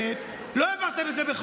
אתם נגד שדרות.